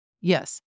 Yes